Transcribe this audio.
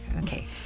Okay